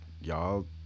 y'all